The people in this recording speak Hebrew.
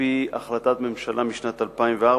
על-פי החלטת ממשלה משנת 2004,